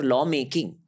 Lawmaking